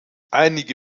einige